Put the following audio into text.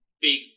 big